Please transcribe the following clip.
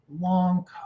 long